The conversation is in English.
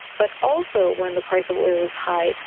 but also when the price of oil is high,